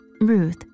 Ruth